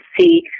see